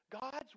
God's